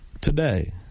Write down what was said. today